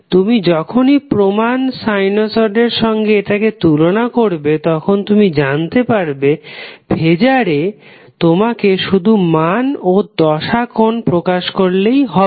তুমি যখনই প্রমান সাইনোসডের সঙ্গে এটাকে তুলনা করবে তখন তুমি জানতে পারবে ফেজারে তোমাকে শুধু মান ও দশা কোণ প্রকাশ করলেই হবে